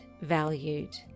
valued